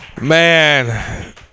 Man